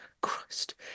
Christ